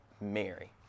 Mary